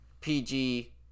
PG